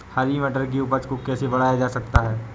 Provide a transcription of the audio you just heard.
हरी मटर की उपज को कैसे बढ़ाया जा सकता है?